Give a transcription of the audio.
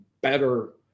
better